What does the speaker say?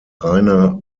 reiner